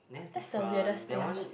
that's the weirdest things